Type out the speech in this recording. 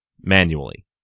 manually